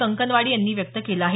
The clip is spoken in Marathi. कंकनवाडी यांनी व्यक्त केलं आहे